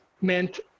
meant